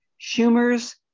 Schumer's